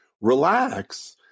relax